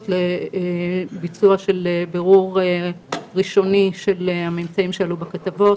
לביצוע בירור ראשוני של הממצאים שעלו בכתבות.